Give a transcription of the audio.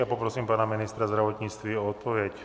A poprosím pana ministra zdravotnictví o odpověď.